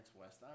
West